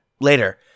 later